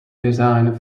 designed